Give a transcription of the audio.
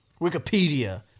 Wikipedia